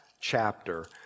chapter